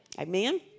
Amen